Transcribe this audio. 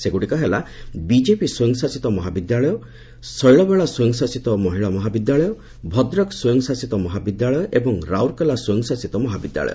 ସେଗୁଡ଼ିକ ହେଲା ବିଜେବି ସ୍ୱୟଂଶାସିତ ମହାବିଦ୍ୟାଳୟ ଶୈଳବାଳା ସ୍ୱୟଂଶାସିତ ମହିଳା ମହାବିଦ୍ୟାଳୟ ଭଦ୍ରକ ସ୍ୱୟଂଶାସିତ ମହାବିଦ୍ୟାଳୟ ଏବଂ ରାଉରକେଲା ସ୍ୱୟଂଶାସିତ ମହାବିଦ୍ୟାଳୟ